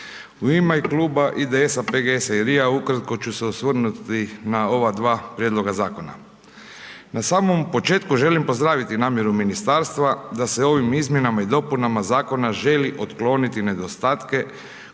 U ime Kluba IDS-a, PGS-a i RI-a ukratko ću se osvrnuti na ova dva prijedloga zakona. Na samom početku želim pozdraviti namjeru ministarstva da se ovim izmjenama i dopuna zakona, želi otkloniti nedostatke,